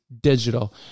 digital